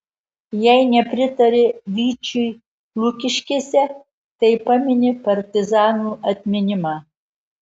jei nepritari vyčiui lukiškėse tai pamini partizanų atminimą